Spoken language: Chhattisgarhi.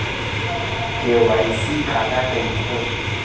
के.वाई.सी काला कइथे?